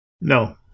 No